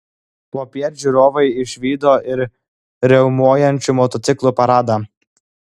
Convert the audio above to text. popiet žiūrovai išvydo ir riaumojančių motociklų paradą